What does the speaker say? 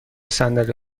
صندلی